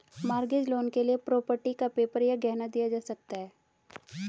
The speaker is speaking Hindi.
मॉर्गेज लोन के लिए प्रॉपर्टी का पेपर या गहना दिया जा सकता है